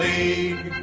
League